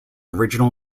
original